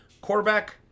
quarterback